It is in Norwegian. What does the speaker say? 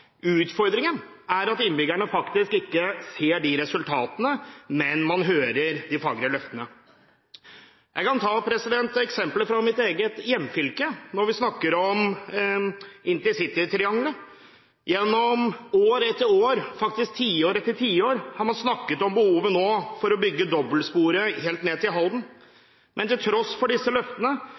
Utfordringen er at innbyggerne ikke ser resultatene, men hører de fagre løftene. Jeg kan ta et eksempel fra mitt eget hjemfylke når vi snakker om intercitytriangelet. Gjennom år etter år – faktisk tiår etter tiår – har man snakket om behovet for å bygge dobbeltspor helt ned til Halden. Men til tross for disse løftene